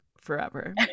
forever